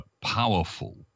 powerful